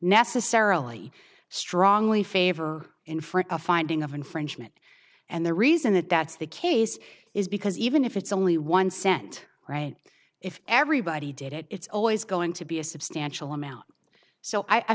necessarily strongly favor in for a finding of infringement and the reason that that's the case is because even if it's only one cent right if everybody did it it's always going to be a substantial amount so i